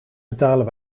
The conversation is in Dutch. betalen